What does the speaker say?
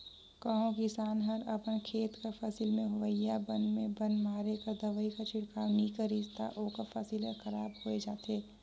कहों किसान हर अपन खेत कर फसिल में होवइया बन में बन मारे कर दवई कर छिड़काव नी करिस ता ओकर फसिल हर खराब होए जाथे